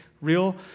real